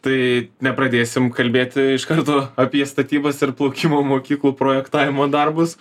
tai nepradėsim kalbėti iš karto apie statybas ir plaukimo mokyklų projektavimo darbus